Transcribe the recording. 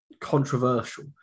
controversial